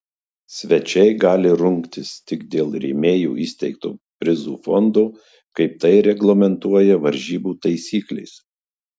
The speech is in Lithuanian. svečiai gali rungtis tik dėl rėmėjų įsteigto prizų fondo kaip tai reglamentuoja varžybų taisyklės